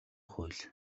хууль